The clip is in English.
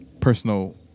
personal